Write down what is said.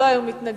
לא היו מתנגדים,